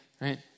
right